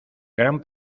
gran